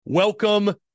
Welcome